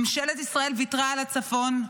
ממשלת ישראל ויתרה על הצפון,